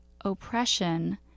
oppression